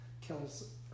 kills